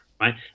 Right